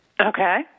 Okay